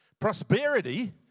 Prosperity